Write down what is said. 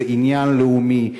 זה עניין לאומי.